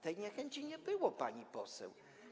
Tej niechęci nie było, pani poseł.